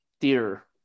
theater